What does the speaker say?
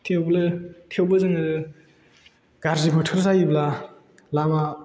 थेवबो जोङो गाज्रि बोथोर जायोब्ला लामा